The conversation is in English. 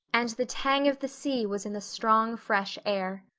and the tang of the sea was in the strong, fresh air.